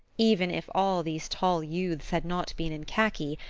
even if all these tall youths had not been in khaki,